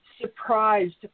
surprised